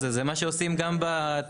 זה מה שעושים גם בתעשייה.